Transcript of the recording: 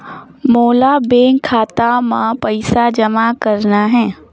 मोला बैंक खाता मां पइसा जमा करना हे?